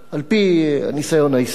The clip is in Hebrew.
על-פי הניסיון ההיסטורי.